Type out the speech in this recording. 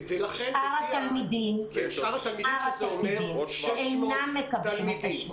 שאר התלמידים אינם מקבלים את השירות.